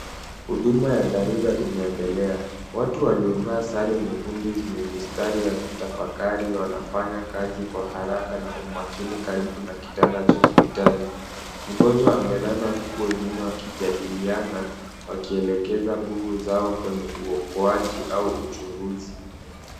Huduma ya dharura inaendelea, watu waliovaa sare nyekundu zina mistari ya kutafakari wanafanya kazi kwa haraka na umakini karibu na kitanda cha hospitali. Mgonjwa amelala huku wengine wakijadiliana wakielekeza nguvu zao kwenye uokoaji au uchunguzi.